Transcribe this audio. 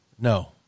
no